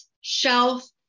shelf